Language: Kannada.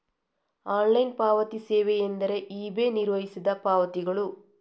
ಆನ್ಲೈನ್ ಪಾವತಿ ಸೇವೆಯೆಂದರೆ ಇ.ಬೆ ನಿರ್ವಹಿಸಿದ ಪಾವತಿಗಳು